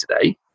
today